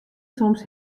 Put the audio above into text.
soms